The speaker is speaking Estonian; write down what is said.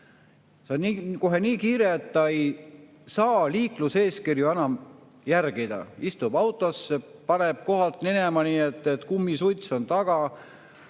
Tal on kohe nii kiire, et ta ei saa liikluseeskirju enam järgida. Istub autosse, paneb kohalt minema nii, et kummisuits on taga,